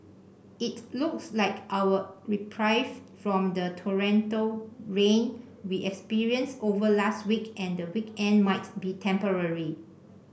it looks like our reprieve from the torrential rain we experienced over last week and the weekend might be temporary